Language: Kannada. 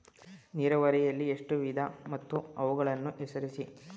ನೀರಾವರಿಯಲ್ಲಿ ಎಷ್ಟು ವಿಧ ಮತ್ತು ಅವುಗಳನ್ನು ಹೆಸರಿಸಿ?